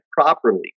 properly